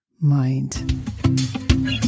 mind